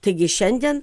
taigi šiandien